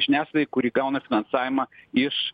žiniasklaidai kuri gauna finansavimą iš